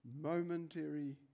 momentary